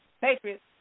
Patriots